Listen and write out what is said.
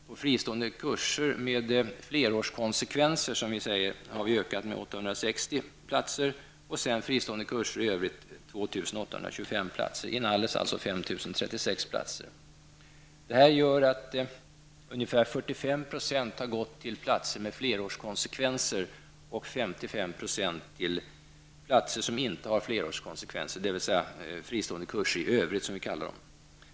På fristående kurser med flerårskonsekvenser, som vi säger, har antalet platser ökat med 860 och på fristående kurser i övrigt med 2 825, alltså 5 036 Det gör att ungefär 45 % har gått till platser med flerårskonsekvenser och 55 % till platser som inte har flerårskonsekvenser, dvs. fristående kurser i övrigt, som vi kallar dem.